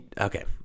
okay